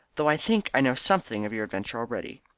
though i think i know something of your adventure already.